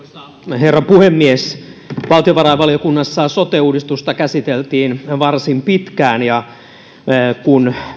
herra puhemies valtiovarainvaliokunnassa sote uudistusta käsiteltiin varsin pitkään kun